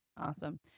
Awesome